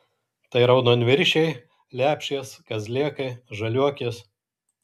tai raudonviršiai lepšės kazlėkai žaliuokės